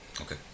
Okay